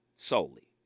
solely